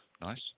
Nice